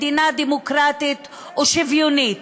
מדינה דמוקרטית ושוויונית.